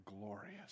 Glorious